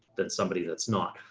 than somebody that's not.